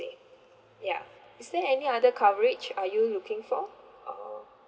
ya is there any other coverage are you looking for or